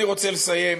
אני רוצה לסיים.